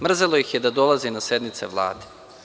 Mrzelo ih je da dolaze i na sednice Vlade.